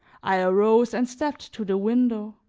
i arose and stepped to the window.